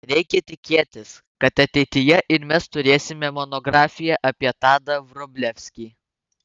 reikia tikėtis kad ateityje ir mes turėsime monografiją apie tadą vrublevskį